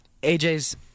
Aj's